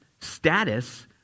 status